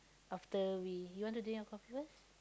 after we you want to drink your coffee first